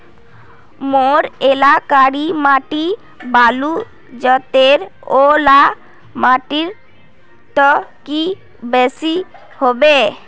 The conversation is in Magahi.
मोर एलाकार माटी बालू जतेर ओ ला माटित की बेसी हबे?